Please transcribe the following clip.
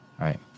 right